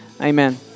amen